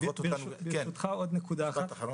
עוד נקודה אחת.